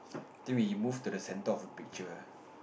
three move to the centre of the picture